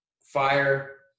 Fire